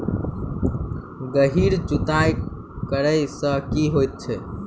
गहिर जुताई करैय सँ की होइ छै?